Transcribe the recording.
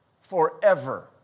Forever